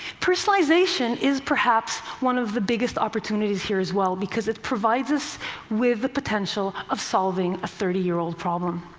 personalization is perhaps one of the biggest opportunities here as well, because it provides us with the potential of solving a thirty year old problem.